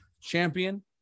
Champion